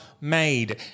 made